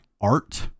art